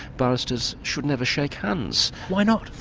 barristers should never shake hands. why not?